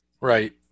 Right